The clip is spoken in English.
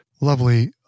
lovely